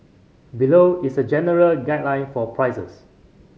below is a general guideline for prices